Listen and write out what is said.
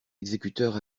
exécuteurs